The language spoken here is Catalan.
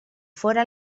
fóra